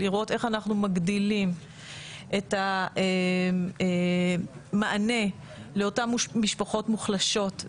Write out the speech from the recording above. לראות איך אנחנו מגדילים את המענה לאותן משפחות מוחלשות,